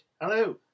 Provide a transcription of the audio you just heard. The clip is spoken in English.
Hello